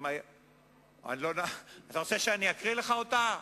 אתה רוצה שאני אקריא לך אותה?